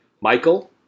Michael